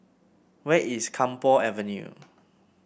where is Camphor Avenue